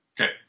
Okay